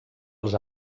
els